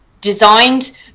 designed